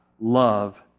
love